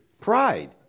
Pride